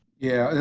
yeah,